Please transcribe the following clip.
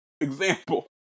Example